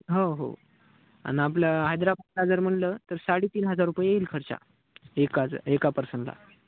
हो हो आणि आपलं जर म्हटलं तर साडेतीन हजार रुपये येईल खर्च एकाच एका पर्सनला